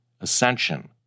Ascension